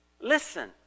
Listen